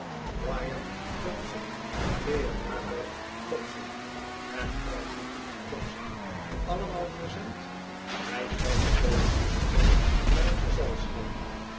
brigham jobson leonardo jobson en orson jobson allemaal present hij kijkt over zijn bril naar t gezelschap